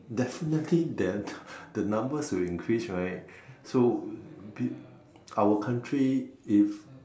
definitely there the numbers will increase right so our country if